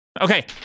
Okay